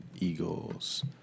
Eagles